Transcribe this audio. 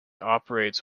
operates